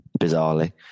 Bizarrely